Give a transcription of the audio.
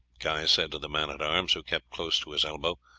guy said to the man-at-arms, who kept close to his elbow.